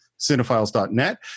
cinephiles.net